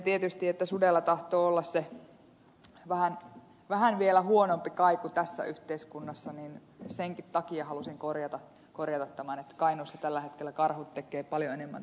tietysti sudella tahtoo olla vielä vähän huonompi kaiku tässä yhteiskunnassa ja senkin takia halusin korjata tämän että kainuussa tällä hetkellä karhut tekevät paljon enemmän tuhoa